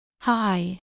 Hi